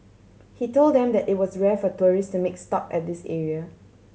he told them that it was rare for tourist to make a stop at this area